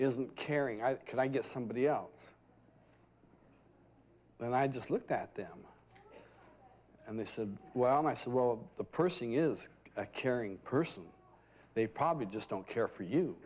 isn't caring i can i get somebody else and i just looked at them and they said well and i said well the pursing is a caring person they probably just don't care for you